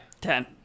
Ten